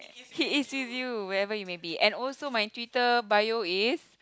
he is with you wherever you may be and also my Twitter bio is